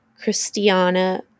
Christiana